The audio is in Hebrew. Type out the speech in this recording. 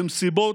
במסיבות,